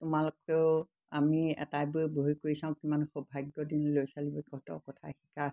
তোমালোকেও আমি এটাইবোৰে বহি কৰি চাওঁ কিমান সৌভাগ্য দিন ল'ৰা ছোৱালীবোৰ কত' কথা শিকা